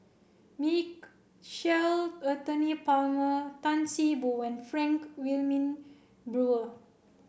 Anthony Palmer Tan See Boo and Frank Wilmin Brewer